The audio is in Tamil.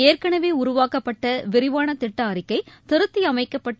ஏற்கனவே உருவாக்கப்பட்ட விரிவான திட்ட அறிக்கை திருத்தி அமைக்கப்பட்டு